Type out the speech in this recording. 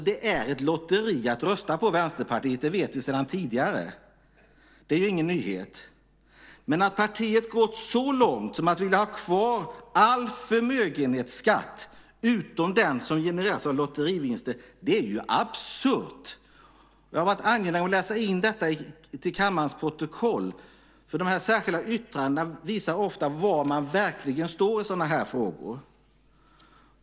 Det är ett lotteri att rösta på Vänsterpartiet. Det vet vi sedan tidigare - det är ingen nyhet. Men att partiet gått så långt som att vilja ha kvar all förmögenhetsskatt utom den som genereras av lotterivinster är absurt. Jag har varit angelägen om att läsa in detta till kammarens protokoll, för dessa särskilda yttranden visar ofta var man verkligen står i sådana här frågor.